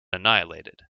annihilated